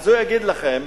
הוא יגיד לכם